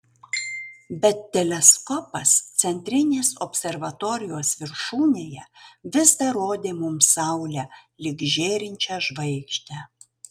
bet teleskopas centrinės observatorijos viršūnėje vis dar rodė mums saulę lyg žėrinčią žvaigždę